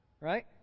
Right